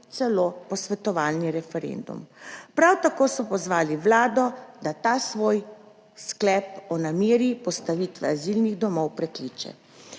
celo posvetovalni referendum. Prav tako so pozvali Vlado, da ta svoj sklep o nameri postavitve azilnih domov prekliče.